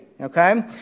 Okay